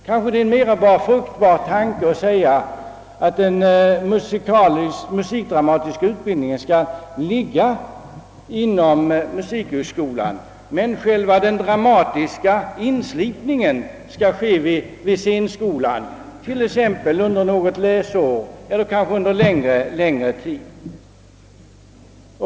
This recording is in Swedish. Kanske det är en mera fruktbar tanke att den musikdramatiska utbildningen skall ligga inom musikhögskolan men den dramatiska inslipningen äga rum vid scenskolan — under något läsår eller kanske under en längre tid.